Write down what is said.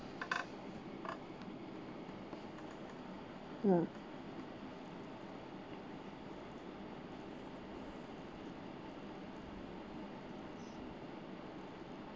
ha